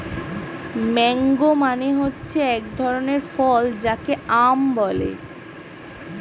mango মানে হচ্ছে এক ধরনের ফল যাকে আম বলে